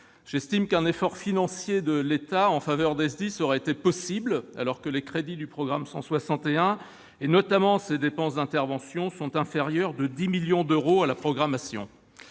J'estime qu'un effort financier de l'État aurait été possible, alors que les crédits du programme 161, notamment ses dépenses d'intervention, sont inférieurs de 10 millions d'euros à la programmation.